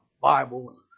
Bible